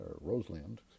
Roseland